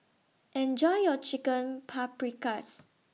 Enjoy your Chicken Paprikas